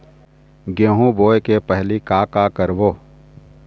गेहूं बोए के पहेली का का करबो?